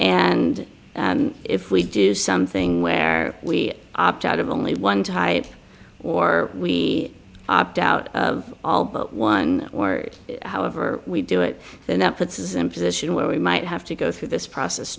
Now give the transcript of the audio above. and if we do something where we opt out of only one type or we opt out of all but one or however we do it then that puts is in position where we might have to go through this process